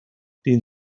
den